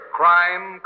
crime